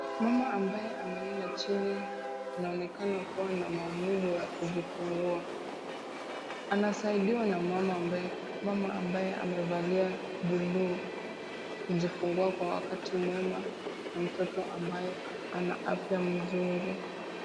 Mama ambaye amelala chini, anaonekana kuwa na maumivu ya kujifungua. Anasaidiwa na mama ambaye amevalia buluu kujifungua kwa wakati mwema na mtoto ambaye ana afya mzuri.